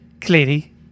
Clearly